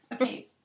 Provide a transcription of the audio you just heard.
Okay